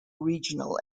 regional